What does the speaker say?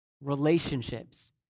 relationships